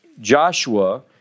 Joshua